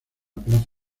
plaza